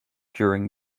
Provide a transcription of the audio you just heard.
during